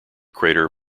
crater